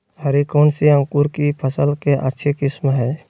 हरी कौन सी अंकुर की फसल के अच्छी किस्म है?